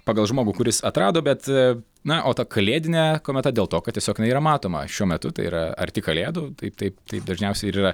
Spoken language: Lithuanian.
pagal žmogų kuris atrado bet na o ta kalėdinė kometa dėl to kad tiesiog jinai yra matoma šiuo metu tai yra arti kalėdų tai tai taip tai dažniausiai ir yra